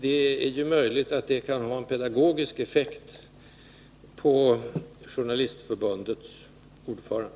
Det är möjligt att detta kan ha en pedagogisk effekt på Journalistförbundets ordförande.